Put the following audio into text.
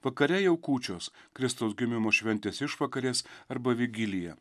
vakare jau kūčios kristaus gimimo šventės išvakarės arba vigilija